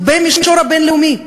במישור הבין-לאומי.